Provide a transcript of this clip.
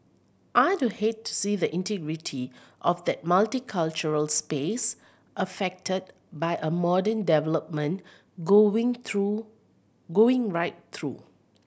I'd hate to see the integrity of that multicultural space affected by a modern development going through going right through